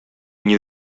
nie